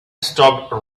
stopped